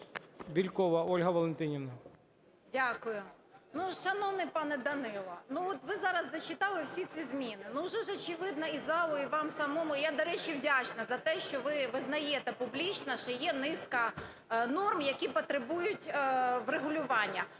БЄЛЬКОВА О.В. Дякую. Шановний пане Данило, от ви зараз зачитали всі ці зміни. Вже ж очевидно і залу, і вам самому… я, до речі, вдячна за те, що ви визнаєте публічно, що є низка норм, які потребують врегулювання.